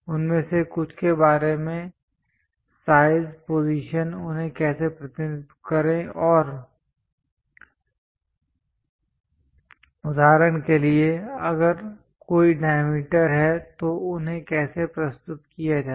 उनमें से कुछ के बारे में साइज पोजीशन उन्हें कैसे प्रतिनिधित्व करें और उदाहरण के लिए अगर कोई डायमीटर है तो उन्हें कैसे प्रस्तुत किया जाए